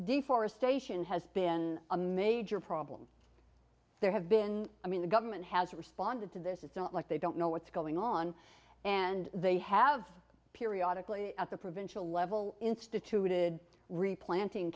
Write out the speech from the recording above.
deforestation has been a major problem there have been i mean the government has responded to this it's not like they don't know what's going on and they have periodically at the provincial level instituted replanting